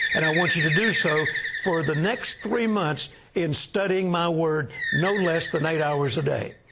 and i want you to do so for the next three months in studying my word no less than eight hours a day.